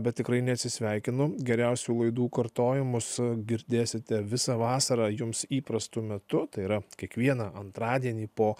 bet tikrai neatsisveikinu geriausių laidų kartojimus girdėsite visą vasarą jums įprastu metu tai yra kiekvieną antradienį po